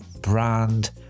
brand